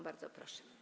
Bardzo proszę.